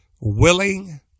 willing